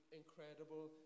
incredible